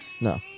No